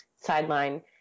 sideline